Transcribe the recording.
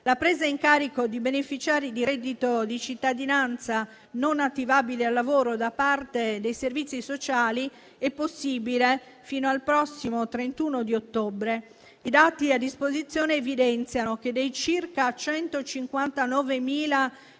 La presa in carico di beneficiari di reddito di cittadinanza non attivabili al lavoro da parte dei servizi sociali è possibile fino al prossimo 31 ottobre. I dati a disposizione evidenziano che, dei circa 159.000